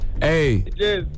Hey